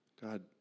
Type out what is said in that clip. God